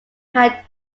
had